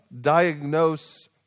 diagnose